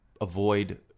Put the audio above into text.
avoid